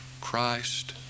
Christ